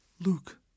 Luke